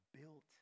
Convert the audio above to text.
built